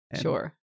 Sure